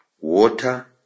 water